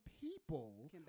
people